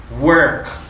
work